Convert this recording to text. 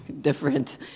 different